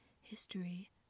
history